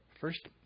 First